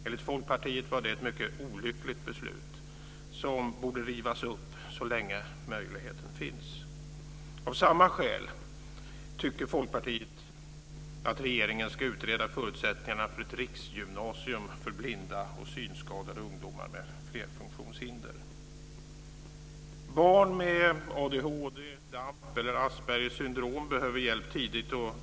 Enligt Folkpartiet var det ett mycket olyckligt beslut som borde rivas upp så länge möjligheten finns. Av samma skäl tycker Folkpartiet att regeringen ska utreda förutsättningarna för ett riksgymnasium för blinda och synskadade ungdomar med flerfunktionshinder. Barn med ADHD, DAMP eller Aspergers syndrom behöver hjälp tidigt.